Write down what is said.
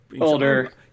older